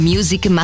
Music